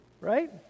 right